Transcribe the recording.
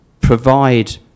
provide